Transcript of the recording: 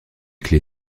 clé